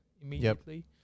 immediately